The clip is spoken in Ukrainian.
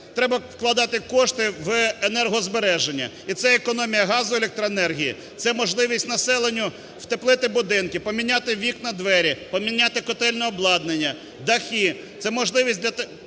треба вкладати кошти в енергозбереження. І це економія газу, електроенергії, це можливість населенню в теплити будинки, поміняти вікна, двері, поміняти котельне обладнання, дахи,